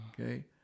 okay